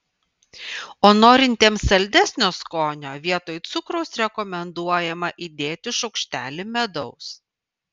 o norintiems saldesnio skonio vietoj cukraus rekomenduojama įdėti šaukštelį medaus